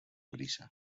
brisa